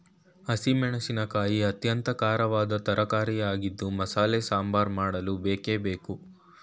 ಹಸಿರು ಮೆಣಸಿನಕಾಯಿ ಅತ್ಯಂತ ಖಾರವಾದ ತರಕಾರಿಯಾಗಿದ್ದು ಮಸಾಲೆ ಸಾಂಬಾರ್ ಮಾಡಲು ಬೇಕೇ ಬೇಕು